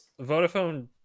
Vodafone